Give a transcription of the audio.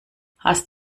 hast